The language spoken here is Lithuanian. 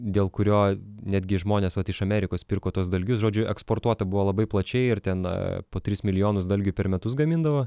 dėl kurio netgi žmonės iš amerikos pirko tuos dalgius žodžiu eksportuota buvo labai plačiai ir na po tris milijonus dalgių per metus gamindavo